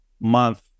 month